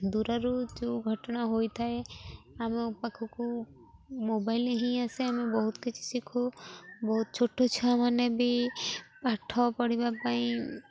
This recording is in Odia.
ଦୂରରୁ ଯେଉଁ ଘଟଣା ହୋଇଥାଏ ଆମ ପାଖକୁ ମୋବାଇଲ୍ ହିଁ ଆସେ ଆମେ ବହୁତ କିଛି ଶିଖୁ ବହୁତ ଛୋଟ ଛୁଆମାନେ ବି ପାଠ ପଢ଼ିବା ପାଇଁ